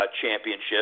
championship